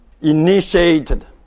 initiated